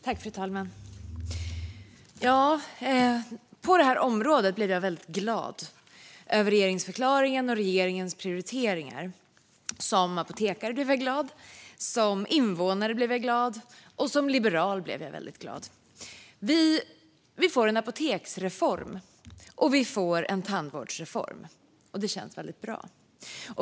Fru talman! På det här området blev jag väldigt glad över regeringsförklaringen och regeringens prioriteringar. Som apotekare blev jag glad, som invånare blev jag glad och som liberal blev jag väldigt glad. Vi får en apoteksreform och en tandvårdsreform. Det känns väldigt bra.